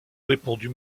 répondit